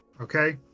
Okay